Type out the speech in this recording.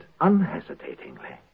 unhesitatingly